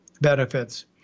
benefits